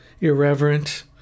irreverent